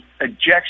ejection